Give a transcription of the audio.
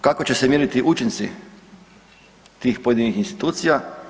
Kako će se mjeriti učinci tih pojedinih institucija?